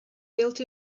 built